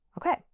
Okay